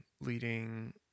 leading